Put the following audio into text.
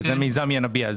שזה מיזם ינביע,